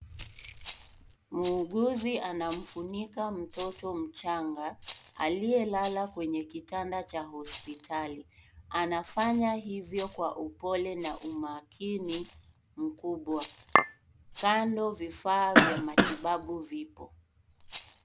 Muuguzi anamfunika mtoto mchanga aliyelala kwenye kitanda cha hospitali. Anafanya hivyo kwa upole na umaakini mkubwa. Kando vifaa vya matibabu vipo.